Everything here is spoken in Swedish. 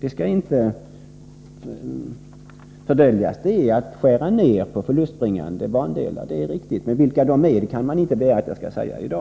Det skall inte fördöljas att vad som blir aktuellt från moderat sida är att skära ner på förlustbringande bandelar. Men vilka de är kan man inte begära att jag skall säga i dag.